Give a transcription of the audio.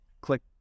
click